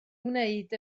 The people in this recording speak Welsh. wneud